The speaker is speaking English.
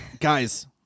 guys